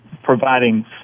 providing